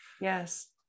yes